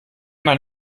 man